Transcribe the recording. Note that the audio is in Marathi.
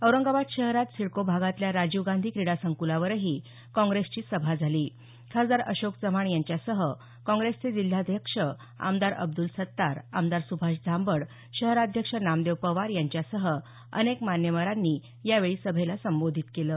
औरंगाबाद शहरात सिडको भागातल्या राजीव गांधी क्रीडा संकुलावरही काँग्रेसची सभा झाली खासदार अशोक चव्हाण यांच्यासह काँग्रेसचे जिल्हाध्यक्ष आमदार अब्दल सत्तार आमदार सुभाष झांबड शहराध्यक्ष नामदेव पवार यांच्यासह अनेक मान्यवरांनी सभेला संबोधित केलं